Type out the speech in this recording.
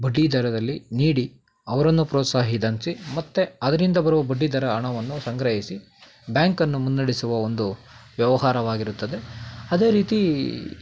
ಬಡ್ಡಿದರದಲ್ಲಿ ನೀಡಿ ಅವರನ್ನು ಪ್ರೋತ್ಸಾಹಿದಂತೆ ಮತ್ತು ಅದರಿಂದ ಬರುವ ಬಡ್ಡಿದರ ಹಣವನ್ನು ಸಂಗ್ರಹಿಸಿ ಬ್ಯಾಂಕನ್ನು ಮುನ್ನಡೆಸುವ ಒಂದು ವ್ಯವಹಾರವಾಗಿರುತ್ತದೆ ಅದೇ ರೀತಿ